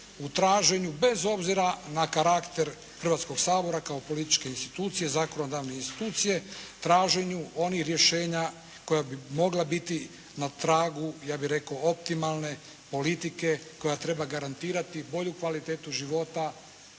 u traženju bez obzira na karakter, Hrvatskog sabora kao političke institucije, zakonodavne institucije, traženju onih rješenja koja bi mogla biti na tragu, ja bih rekao, optimalne politike koja treba garantirati bolju kvalitetu života,